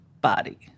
body